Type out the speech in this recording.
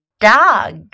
dog